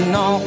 no